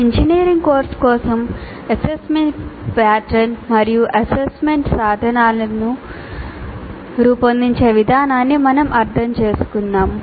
engineering course కోసం assessment pattern మరియు assessment సాధనాలను రూపొందించే విధానాన్ని మేము అర్థం చేసుకున్నాము